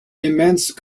immense